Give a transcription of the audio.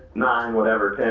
nine whatever